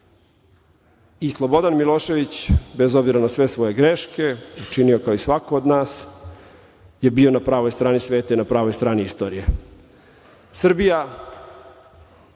Slobodan Milošević, bez obzira na sve svoje greške, činio ih je kao i svako od nas, je bio na pravoj strani sveta i na pravoj strani istorije. Srbija